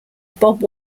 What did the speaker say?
bob